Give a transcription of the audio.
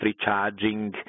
recharging